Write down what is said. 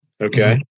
Okay